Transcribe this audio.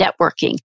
networking